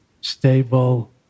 stable